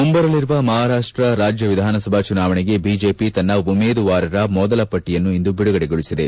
ಮುಂಬರಲಿರುವ ಮಹಾರಾಪ್ಟ ರಾಜ್ಯ ವಿಧಾನಸಭಾ ಚುನಾವಣೆಗೆ ಬಿಜೆಪಿ ತನ್ನ ಉಮೇದುವಾರರ ಮೊದಲ ಪಟ್ಟಿಯನ್ನು ಇಂದು ಬಿಡುಗಡೆಗೊಳಿಸಿದೆ